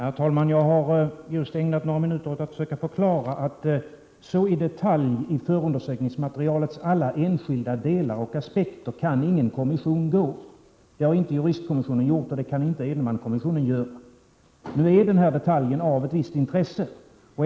Herr talman! Jag har just ägnat några minuter åt att försöka förklara att ingen kommission i detalj kan gå in i förundersökningsmaterialets alla enskilda delar och aspekter. Det har inte juristkommissionen gjort, och det kan inte Edenmankommissionen göra. Nu är den här detaljen av ett visst intresse.